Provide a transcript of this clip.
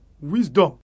wisdom